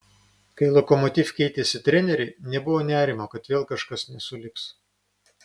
kai lokomotiv keitėsi treneriai nebuvo nerimo kad vėl kažkas nesulips